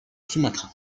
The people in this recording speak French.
sumatra